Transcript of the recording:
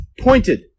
pointed